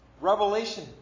Revelation